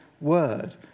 word